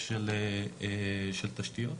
של תשתיות,